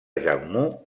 jammu